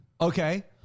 Okay